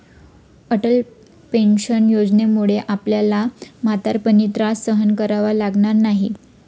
Atal pension योजनेमुळे आपल्याला म्हातारपणी त्रास सहन करावा लागणार नाही